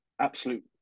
absolute